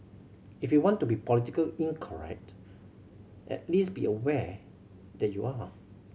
if you want to be political incorrect at least be aware that you are